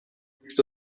بیست